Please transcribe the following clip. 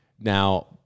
now